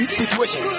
situation